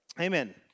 Amen